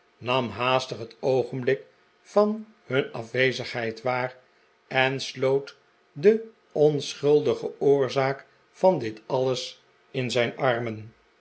ham haastig het oogenblik van hun afwezigheid waar en sloot de onschuldige oorzaak van dit alles in zijn armenliefste